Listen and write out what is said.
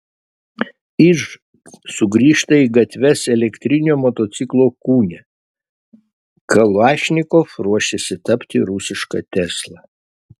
iž sugrįžta į gatves elektrinio motociklo kūne kalašnikov ruošiasi tapti rusiška tesla